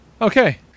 Okay